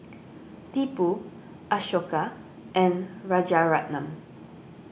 Tipu Ashoka and Rajaratnam